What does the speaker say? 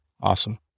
Awesome